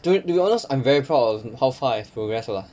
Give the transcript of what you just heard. to be to be honest I'm very proud of how far I've progress lah